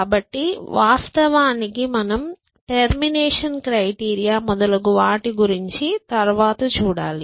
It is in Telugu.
కాబట్టి వాస్తవానికి మనము టెర్మినేషన్ క్రైటీరియా మొదలగు వాటి గురించి తర్వాత చూడాలి